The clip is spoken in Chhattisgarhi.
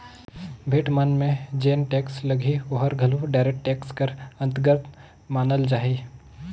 भेंट मन में जेन टेक्स लगही ओहर घलो डायरेक्ट टेक्स कर अंतरगत मानल जाही